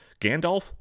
Gandalf